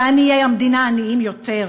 ועניי המדינה עניים יותר,